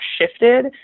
shifted